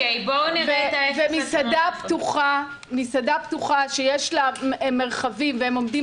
ומסעדה פתוחה שיש לה מרחבים והם עומדים